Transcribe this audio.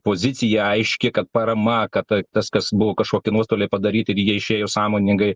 pozicija aiški kad parama kad ta tas kas buvo kažkokie nuostoliai padaryti ir jie išėjo sąmoningai